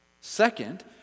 Second